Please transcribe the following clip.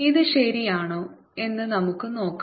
ഇത് ശരിയാണോ എന്ന് നമുക്ക് നോക്കാം